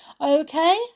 Okay